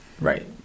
right